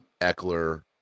Eckler